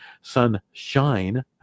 Sunshine